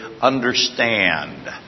understand